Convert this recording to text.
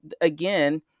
again